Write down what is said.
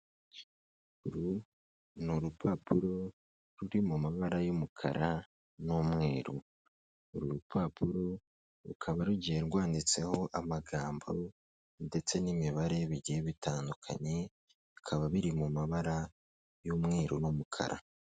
Uru ni urupapuro ruri mu mabara y'umukara n'umweru, uru rupapuro rukaba rugiye rwanditseho amagambo, ndetse n'imibare bigiye bitandukanye, bikaba biri mu mabara y'umweru n'umukara.